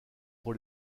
pour